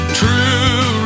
true